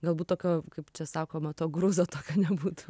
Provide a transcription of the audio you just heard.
galbūt tokio kaip čia sakoma to gruzo tokio nebūtų